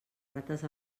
rates